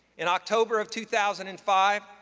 in october of two thousand and five,